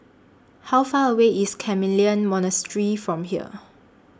How Far away IS Carmelite Monastery from here